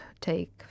take